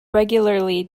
regularly